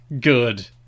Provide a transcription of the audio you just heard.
good